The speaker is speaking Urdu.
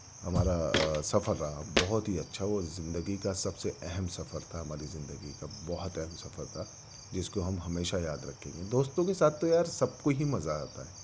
ہمارا آ سفر رہا بہت ہی اچھا اور زندگی کا سب سے اہم سفر تھا ہماری زندگی کا بہت اہم سفر تھا جس کو ہم ہمیشہ یاد رکھیں گے دوستوں کے ساتھ تو یار سب کو ہی مزہ آتا ہے